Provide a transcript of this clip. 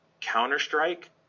Counter-Strike